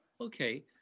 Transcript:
Okay